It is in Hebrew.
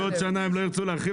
רק שבעוד שנה הם לא ירצו להרחיב,